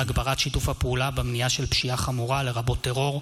הגברת שיתוף הפעולה במניעה של פשיעה חמורה לרבות טרור,